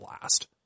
last